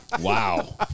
Wow